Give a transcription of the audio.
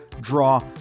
draw